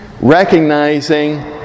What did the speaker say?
recognizing